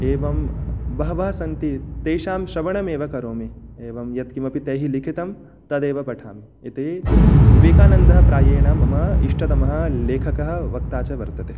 एवं बहवः सन्ति तेषां श्रवणम् एव करोमि एवं यद्किमपि तैः लिखितं तदेव पठामि एते विवेकानन्दः प्रायेण मम इष्टतमः लेखकः वक्ता च वर्तते